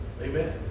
Amen